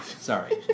Sorry